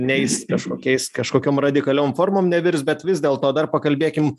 neis kažkokiais kažkokiom radikaliom formom nevirs bet vis dėlto dar pakalbėkim